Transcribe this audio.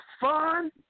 fun